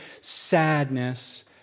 sadness